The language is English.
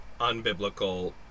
unbiblical